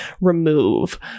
remove